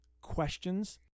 questions